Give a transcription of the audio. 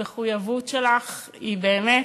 המחויבות שלך היא באמת